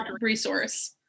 resource